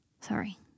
Sorry